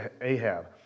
Ahab